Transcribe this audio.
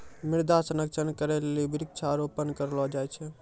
मृदा संरक्षण करै लेली वृक्षारोपण करलो जाय छै